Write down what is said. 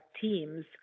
teams